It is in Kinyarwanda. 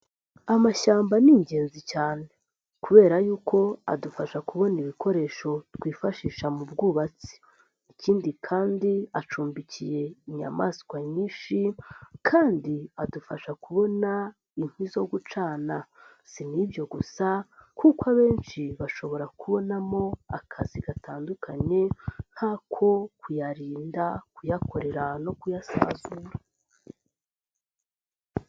Amashyamba ni ingenzi cyane kubera yuko adufasha kubona ibikoresho twifashisha mu bwubatsi. Ikindi kandi, acumbikiye inyamaswa nyinshi, kandi adufasha kubona inkwi zo gucana. Si n'ibyo gusa kuko abenshi bashobora kubonamo akazi gatandukanye nk'ako kuyarinda, kuyakorera no kuyasazura.